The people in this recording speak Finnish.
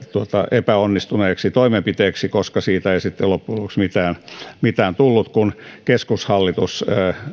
epäonnistuneeksi toimenpiteeksi koska siitä ei sitten loppujen lopuksi mitään mitään tullut kun keskushallitus